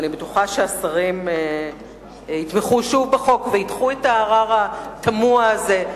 ואני בטוחה שהשרים יתמכו שוב בחוק וידחו את הערר התמוה הזה,